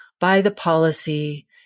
by-the-policy